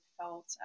felt